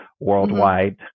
worldwide